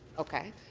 okay.